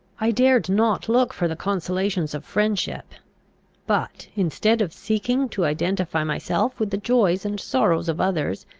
i dared not look for the consolations of friendship but, instead of seeking to identify myself with the joys and sorrows of others,